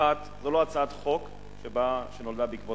1. זאת לא הצעת חוק שנולדה בעקבות